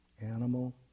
animal